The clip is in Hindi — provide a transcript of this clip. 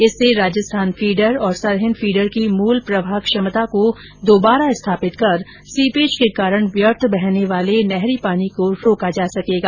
इससे राजस्थान फीडर और सरहिन्द फीडर की मूल प्रवाह क्षमता को दोबारा स्थापित कर सीपेज के कारण व्यर्थ बहने वाले नहरी पानी को रोका जा सकेगा